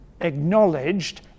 acknowledged